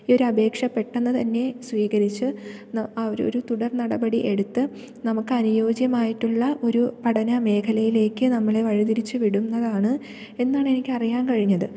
ഈ ഒരു അപേക്ഷ പെട്ടെന്ന് തന്നെ സ്വീകരിച്ച് അവരൊരു തുടർനടപടിയെടുത്ത് നമുക്കനുയോജ്യമായിട്ടുള്ള ഒരു പഠന മേഖലയിലേക്ക് നമ്മളെ വഴിതിരിച്ചുവിടുന്നതാണ് എന്നാണ് എനിക്ക് അറിയാൻ കഴിഞ്ഞത്